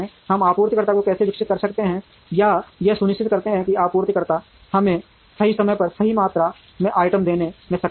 हम आपूर्तिकर्ताओं को कैसे विकसित करते हैं या यह सुनिश्चित करते हैं कि आपूर्तिकर्ता हमें सही समय पर सही मात्रा में आइटम देने में सक्षम हैं